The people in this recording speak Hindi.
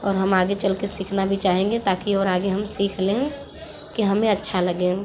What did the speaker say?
और हम आगे चलके सीखना भी चाहेंगे ताकि और आगे हम सीख लें कि हमें अच्छा लगे